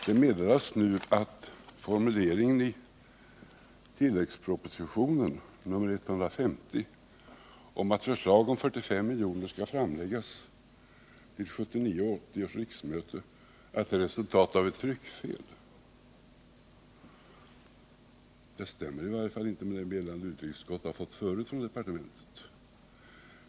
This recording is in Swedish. Det meddelas nu att formuleringen i tilläggspropositionen, nr 150, om att förslag om en ökning av biståndsanslaget med 45 milj.kr. skall framläggas vid 1979/80 års riksmöte är resultatet av ett tryckfel. Detta stämmer inte med de meddelanden som utrikesutskottet fått tidigare från departementet.